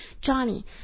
Johnny